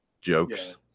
jokes